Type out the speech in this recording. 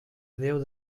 déu